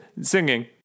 Singing